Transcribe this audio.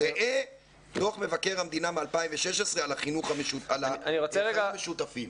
ראה דוח מבקר המדינה מ-2016 על החינוך לחיים משותפים.